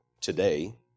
today